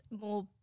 more